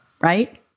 Right